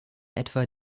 etwa